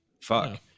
Fuck